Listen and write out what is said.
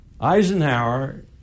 Eisenhower